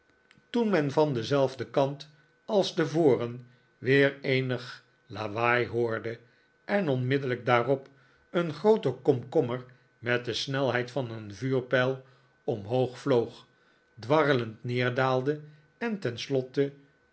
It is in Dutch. toen men van denzelfden kant als tevoren weer eenig lawaai hoorde en onmiddellijk daarop een groote komkommer met de snelheid van een vuurpijl omhoog vloog dwarrelend neercfaalde en tenslotte